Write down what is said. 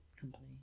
company